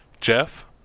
jeff